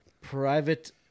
private